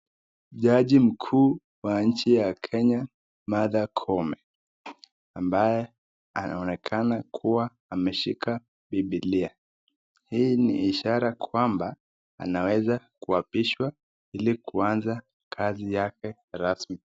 Jaji mkuu wa nchi ya Kenya Martha Koome ambaye anaonekana kuwa ameshika bibilia, hii ni ishara kwamba anaweza kuapishwa ili kuanza kazi yake rasmi.